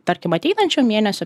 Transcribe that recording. tarkim ateinančio mėnesio